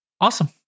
Awesome